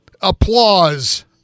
applause